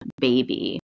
baby